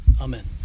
Amen